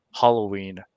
Halloween